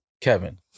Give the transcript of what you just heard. Kevin